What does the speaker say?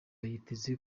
yiteze